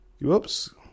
Whoops